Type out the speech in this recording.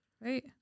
Right